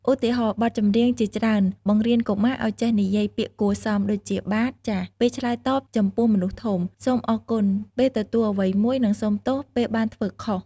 ឧទាហរណ៍ បទចម្រៀងជាច្រើនបង្រៀនកុមារឲ្យចេះនិយាយ ពាក្យគួរសម ដូចជា "បាទ/ចាស" ពេលឆ្លើយតបចំពោះមនុស្សធំ "សូមអរគុណ" ពេលទទួលអ្វីមួយ និង "សូមទោស" ពេលបានធ្វើខុស។